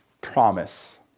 promise